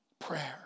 Prayer